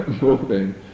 moving